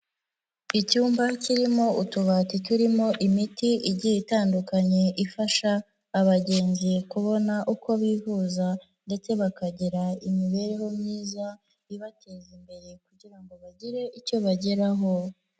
Icyumba kirimo utubati turimo imiti igiye itandukanye ifasha abagenzi kubona uko bihuza ndetse bakagira imibereho myiza, ibateza imbere kugira ngo bagire icyo bageraho.